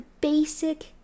basic